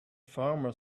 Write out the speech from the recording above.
farmer